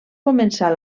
començar